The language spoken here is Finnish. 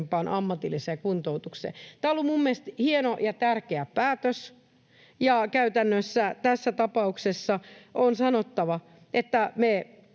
ammatilliseen kuntoutukseen. Tämä on ollut minun mielestäni hieno ja tärkeä päätös. Käytännössä tässä tapauksessa on sanottava, että